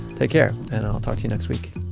take care, and i'll talk to you next week